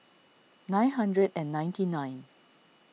nine hundred and ninety nine